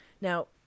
now